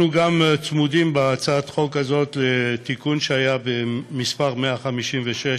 אנחנו גם צמודים בהצעת חוק הזאת לתיקון שהיה במס' 156